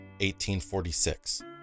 1846